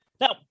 Now